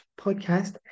Podcast